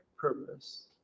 purpose